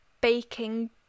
baking